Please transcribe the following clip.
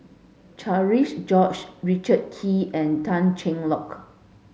Cherian George Richard Kee and Tan Cheng Lock